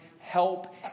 help